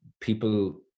people